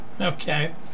Okay